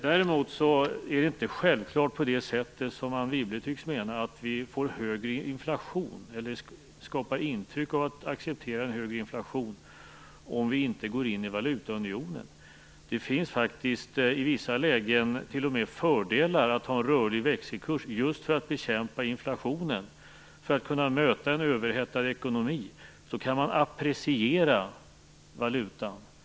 Däremot är det inte självklart på det sättet, som Anne Wibble tycks mena, att vi skapar intryck av att acceptera en högre inflation om vi inte går in i valutaunionen. Det finns faktiskt i vissa lägen t.o.m. fördelar med att ha rörlig växelkurs, just för att bekämpa inflationen, för att kunna möta en överhettad ekonomi. Då kan man appreciera valutan.